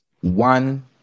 one